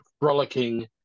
frolicking